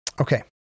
okay